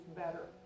better